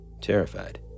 terrified